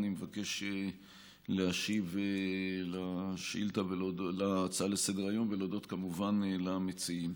אני מבקש להשיב על ההצעה לסדר-היום ולהודות כמובן למציעים.